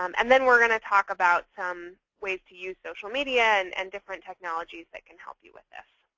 um and then we're going to talk about some ways to use social media and and different different technologies that can help you with this.